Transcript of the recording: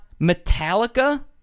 Metallica